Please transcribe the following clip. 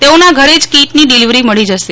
તેઓના ઘરે જ કીટની ડીલીવરી મળી જશે